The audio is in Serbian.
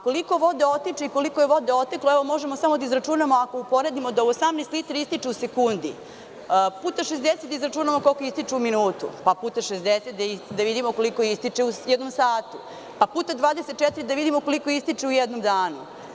Koliko vode otiče i koliko je vode oteklo, možemo samo da izračunamo ako uporedimo da 18 litara ističe u sekundi, puta 60 da izračunamo koliko ističe u minutu, pa puta 60 da izračunamo koliko ističe u jednom satu, pa puta 24 da vidimo koliko ističe u jednom danu.